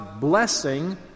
blessing